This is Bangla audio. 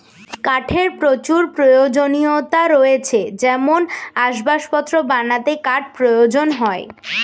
কাঠের প্রচুর প্রয়োজনীয়তা রয়েছে যেমন আসবাবপত্র বানাতে কাঠ প্রয়োজন হয়